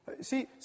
See